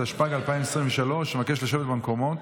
התשפ"ג 2023. אבקש לשבת במקומות.